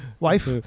Wife